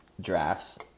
drafts